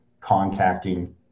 contacting